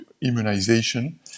immunization